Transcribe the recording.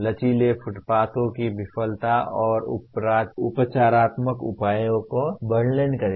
लचीले फुटपाथों की विफलता और उपचारात्मक उपायों का वर्णन करें